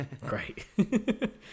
Great